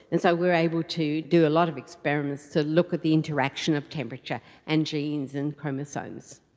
and so we are able to do a lot of experiments to look at the interaction of temperature and genes and chromosomes.